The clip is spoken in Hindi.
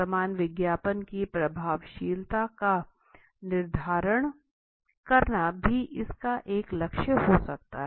वर्तमान विज्ञापन की प्रभावशीलता का निर्धारण करना भी इसका एक लक्ष्य हो सकता है